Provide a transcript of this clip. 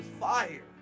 fire